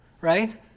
right